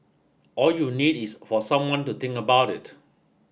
all you need is for someone to think about it